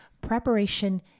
preparation